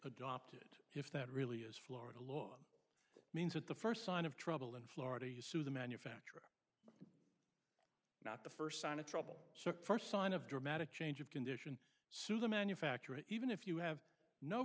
adopted if that really is florida law means that the first sign of trouble in florida you sue the manufacturer not the first sign of trouble so first sign of dramatic change of condition sue the manufacturer even if you have no